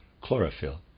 chlorophyll